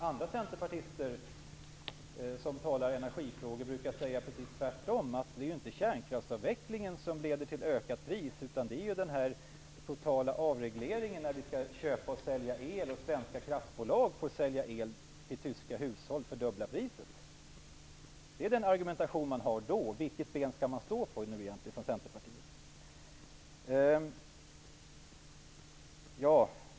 Andra centerpartister som talar om energifrågor brukar säga precis tvärtom, att det inte är kärnkraftsavvecklingen som leder till ökat pris, utan den totala avregleringen av köp och försäljning av el, så att svenska kraftbolag får sälja el till tyska hushåll för dubbla priset. Det är den argumentation som man har då. Vilket ben skall man egentligen stå på inom Centerpartiet?